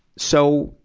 so,